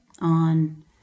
on